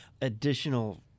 Additional